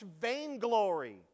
vainglory